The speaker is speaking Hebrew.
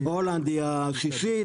הולנד היא השישית,